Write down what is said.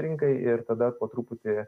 rinkai ir tada po truputį